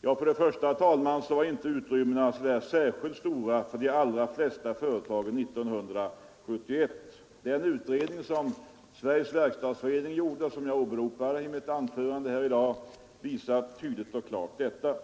Ja, herr talman, de utrymmena var inte särskilt stora för de allra flesta företag år 1971. Den utredning som Sveriges verkstadsförening gjorde och som jag åberopade i mitt tidigare anförande i dag visar tydligt detta.